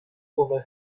over